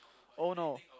oh no